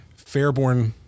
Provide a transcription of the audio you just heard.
Fairborn